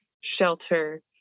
shelter